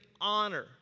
honor